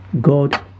God